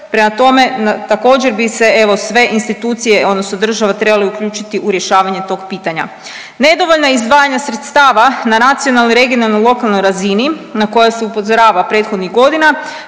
Prema tome, također bi se evo sve institucije odnosno država trebala uključiti u rješavanje tog pitanja. Nedovoljna izdvajanja sredstava na nacionalnoj, regionalnoj, lokalnoj razini na koja se upozorava prethodnih godina